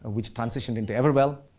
which transitioned into everwell.